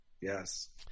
Yes